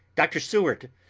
dr. seward,